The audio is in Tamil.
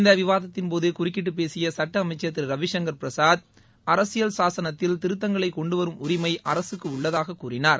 இந்த விவாதத்தின் போது குறுக்கிட்டுப் பேசிய சுட்ட அமைச்சர் திரு ரவிசங்கர் பிரசாத் அரசியல் சாசனத்தில் திருத்தங்களை கொண்டுவரும் உரிமை அரசுக்கு உள்ளதாகக் கூறினார்